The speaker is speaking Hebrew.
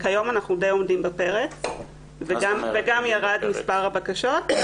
כיום אנחנו די עומדים בפרץ וגם מספר הבקשות ירד.